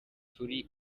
turi